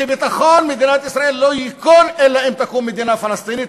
שביטחון מדינת ישראל לא ייכון אלא אם תקום מדינה פלסטינית,